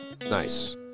Nice